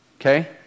Okay